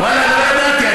לא ידעתי.